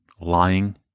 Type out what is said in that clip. lying